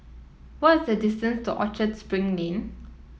what is the distance to Orchard Spring Lane